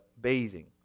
bathing